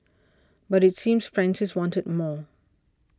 but it seems Francis wanted more